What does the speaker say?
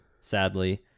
sadly